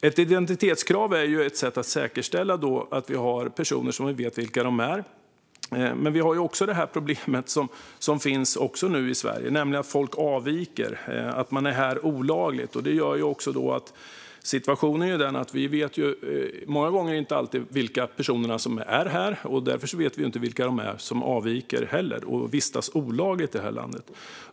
Ett identitetskrav är ett sätt att säkerställa att vi har personer som vi vet vilka de är. Men vi har också det problem som finns nu i Sverige. Människor avviker och är här olagligt. Situationen är den att vi många gånger inte alltid vet vilka personer som är här, och därför vet vi heller inte vilka de är som avviker och vistas olagligt i landet.